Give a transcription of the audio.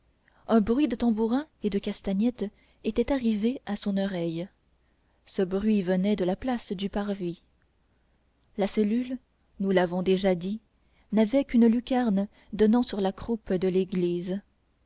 un bruit de tambourin et de castagnettes était arrivé à son oreille ce bruit venait de la place du parvis la cellule nous l'avons déjà dit n'avait qu'une lucarne donnant sur la croupe de l'église